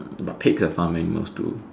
but pigs are farm animals too